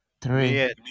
Three